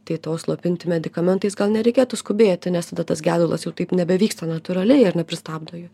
tai to užslopinti medikamentais gal nereikėtų skubėti nes tada tas gedulas jau taip nebevyksta natūraliai ar ne pristabdo jo